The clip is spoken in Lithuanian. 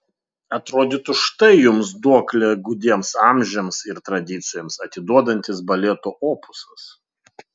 atrodytų štai jums duoklę gūdiems amžiams ir tradicijoms atiduodantis baleto opusas